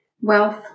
Wealth